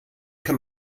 kann